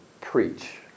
preach